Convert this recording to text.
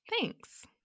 Thanks